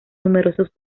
numerosos